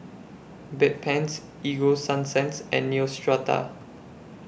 Bedpans Ego Sunsense and Neostrata